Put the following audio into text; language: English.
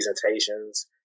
presentations